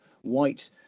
white